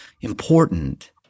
important